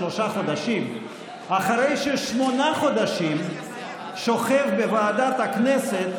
בשלושה חודשים אחרי ששמונה חודשים הוא שוכב בוועדת הכנסת,